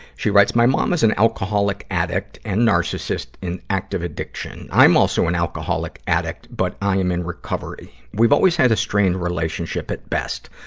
she writes, my mom is an alcoholic addict and narcissist in active addiction. i'm also an alcoholic addict, but i am in recovery. we've always had a strained relationship at best.